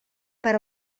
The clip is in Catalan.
per